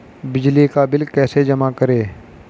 बिजली का बिल कैसे जमा करें?